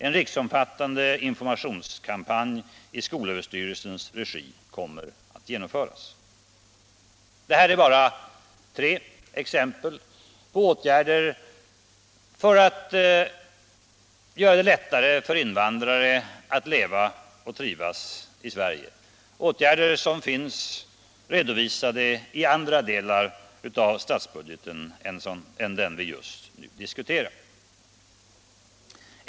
En riksomfattande informationskampanj i skolöverstyrelsens regi kommer att genomföras. Det här är bara tre exempel på åtgärder för att göra det lättare för invandrare att leva och trivas i Sverige, åtgärder som finns redovisade i andra delar av statsbudgeten än den vi just nu diskuterar.